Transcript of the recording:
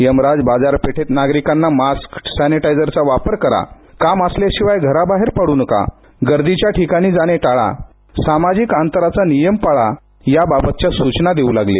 यमराज बाजारपेठेत नागरिकांना मास्क सॅनिटायझरचा वापर करा काम असल्याशिवाय घराबाहेर पडू नका गर्दीच्या ठिकाणी जाणे टाळा सामाजिक अंतराचा नियम पाळा याबाबतच्या सूचना देऊ लागले